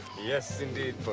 yes indeed,